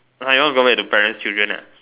!huh! you want to go back to parent's children ah